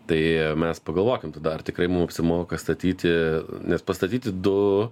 tai mes pagalvokim tada ar tikrai mum apsimoka statyti nes pastatyti du